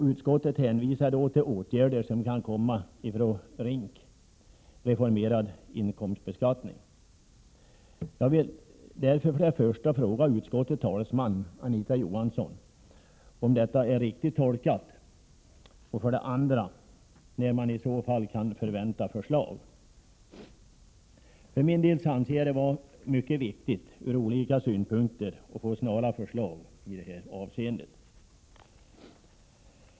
Utskottet hänvisar till åtgärder som kan komma när det gäller RINK, reformerad inkomstbeskattning. Jag vill därför fråga utskottets talesman Anita Johansson för det första om detta är riktigt tolkat och för det andra när man i så fall kan förvänta förslag. Jag för min del anser det vara mycket viktigt ur olika synpunkter att få snara förslag i det här avseendet.